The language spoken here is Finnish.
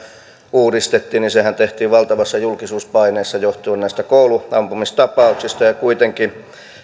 uudistettiin sehän tehtiin valtavassa julkisuuspaineessa johtuen näistä kouluampumistapauksista ja kuitenkin